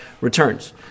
returns